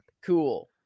Cool